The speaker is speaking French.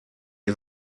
est